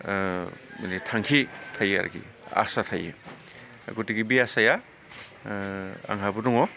माने थांखि थायो आरोकि आसा थायो गतिके बे आसाया आंहाबो दङ